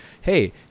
Hey